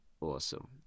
awesome